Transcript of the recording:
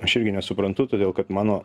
aš irgi nesuprantu todėl kad mano